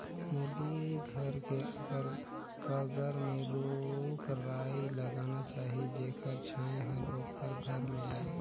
मुरगी घर के अगर कगर में रूख राई लगाना चाही जेखर छांए हर ओखर घर में आय